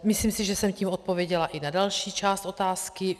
Myslím si, že jsem tím odpověděla i na další část otázky.